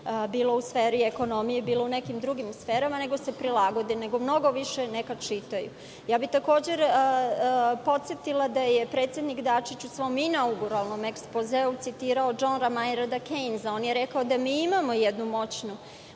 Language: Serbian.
bilo u sferi ekonomije, bilo u nekim drugim sferama, prilagode, neka mnogo više čitaju. Takođe bih podsetila da je predsednik Dačić u svom inauguarnom ekspozeu citirao Džona Mejnarda Kejnsa. On je rekao da mi imamo jednu moćnu,